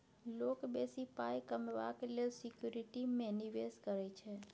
लोक बेसी पाइ कमेबाक लेल सिक्युरिटी मे निबेश करै छै